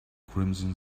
crimson